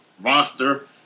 roster